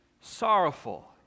sorrowful